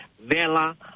vela